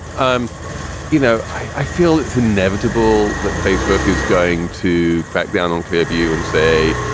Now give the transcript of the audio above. um you know, i feel it's inevitable that facebook is going to crack down on three of you and say,